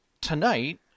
tonight